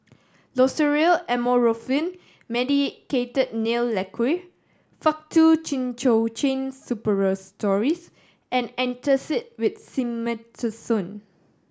Loceryl Amorolfine Medicated Nail Lacquer Faktu Cinchocaine Suppositories and Antacid with Simethicone